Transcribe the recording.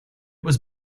was